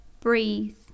breathe